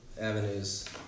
avenues